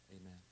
Amen